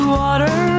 water